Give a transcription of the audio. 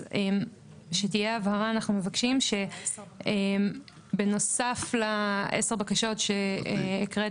אז שתהיה הבהרה אנחנו מבקשים בנוסף ל- 10 בקשות שהקראת